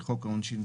לחוק העונשין,